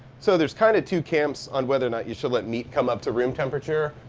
so there's kind of two camps on whether or not you should let meat come up to room temperature,